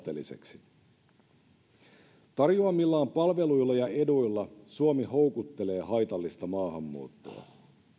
itsensä aateliseksi tarjoamillaan palveluilla ja eduilla suomi houkuttelee haitallista maahanmuuttoa